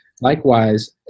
Likewise